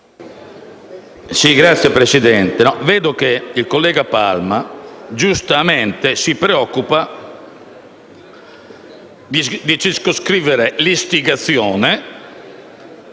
Signora Presidente, vedo che il collega Palma, giustamente, si preoccupa di circoscrivere l'istigazione